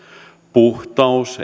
puhtaus